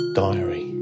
diary